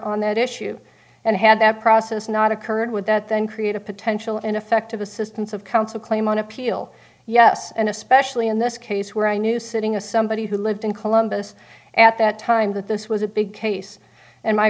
on that issue and had that process not occurred would that then create a potential ineffective assistance of counsel claim on appeal yes and especially in this case where i knew sitting a somebody who lived in columbus at that time that this was a big case and my